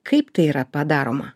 kaip tai yra daromą